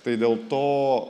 tai dėl to